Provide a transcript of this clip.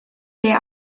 der